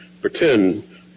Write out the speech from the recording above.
pretend